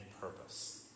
purpose